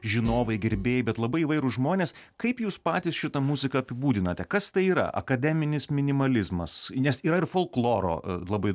žinovai gerbėjai bet labai įvairūs žmonės kaip jūs patys šitą muziką apibūdinate kas tai yra akademinis minimalizmas nes yra ir folkloro labai